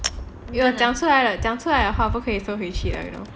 your 讲出来了讲出来的话不可以收回去 you know